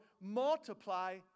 multiply